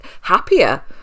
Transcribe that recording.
happier